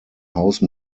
house